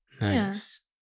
Nice